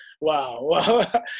wow